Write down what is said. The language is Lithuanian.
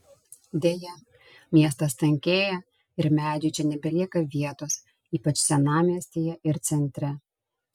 deja miestas tankėja ir medžiui čia nebelieka vietos ypač senamiestyje ir centre